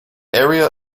area